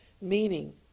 meaning